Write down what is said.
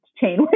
chain